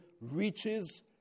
reaches